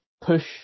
push